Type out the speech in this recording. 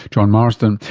john marsden.